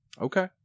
Okay